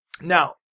Now